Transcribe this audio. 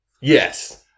Yes